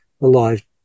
alive